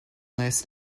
last